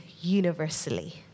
universally